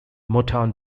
motown